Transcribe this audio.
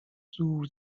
زور